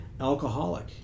alcoholic